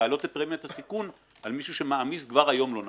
להעלות את פרמיית הסיכון על מישהו שמעמיס כבר היום לא נכון.